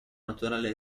naturale